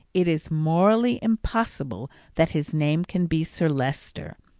it is morally impossible that his name can be sir leicester.